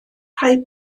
rhai